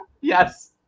Yes